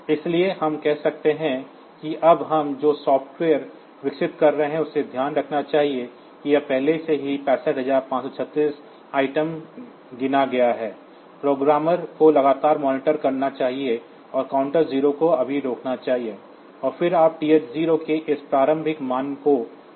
इसलिए हम कह सकते हैं कि अब हम जो सॉफ़्टवेयर विकसित कर रहे हैं उसे ध्यान रखना चाहिए कि यह पहले से ही 65536 आइटम गिना गया है प्रोग्रामर को लगातार मॉनिटर करना चाहिए और काउंटर 0 को अभी रोकना चाहिए और फिर आप TH0 के इस प्रारंभिक मान को सेट कर सकते हैं